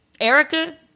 Erica